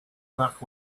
back